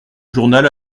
journal